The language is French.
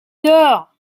dors